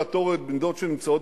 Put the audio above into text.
שנמצאים